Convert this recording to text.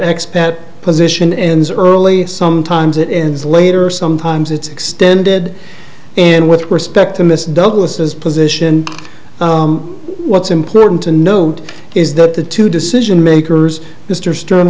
ex pat position ends early sometimes it ends later sometimes it's extended and with respect to miss douglas's position what's important to note is that the two decision makers mr stro